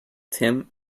tim